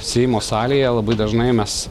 seimo salėje labai dažnai mes